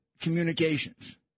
communications